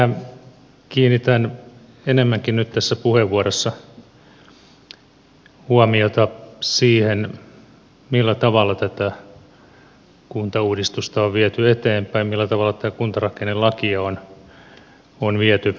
ehkä kiinnitän enemmänkin nyt tässä puheenvuorossa huomiota siihen millä tavalla tätä kuntauudistusta on viety eteenpäin millä tavalla tätä kuntarakennelakia on viety eteenpäin